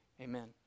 Amen